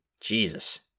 Jesus